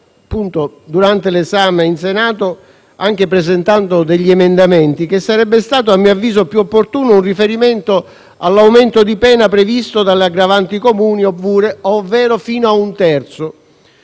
volte durante l'esame in Senato, anche presentando degli emendamenti, che sarebbe stato a mio avviso più opportuno un riferimento all'aumento di pena previsto dalle aggravanti comuni, ovvero fino a un terzo.